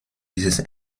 dieses